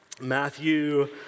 Matthew